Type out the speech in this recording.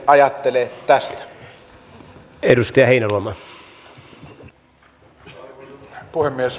arvoisa puhemies